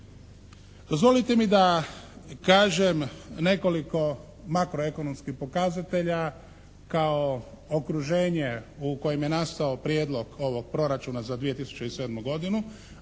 Dozvolite mi da kažem nekoliko makroekonomskih pokazatelja kao okruženje u kojem je nastao prijedlog ovog Proračuna za 2007. godinu,